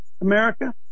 America